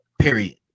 Period